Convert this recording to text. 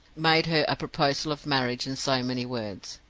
made her a proposal of marriage in so many words.